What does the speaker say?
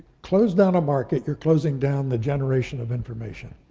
close down a market, you're closing down the generation of information.